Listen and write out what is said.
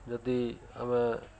ଯଦି ଆମେ